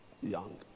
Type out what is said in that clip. young